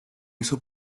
hizo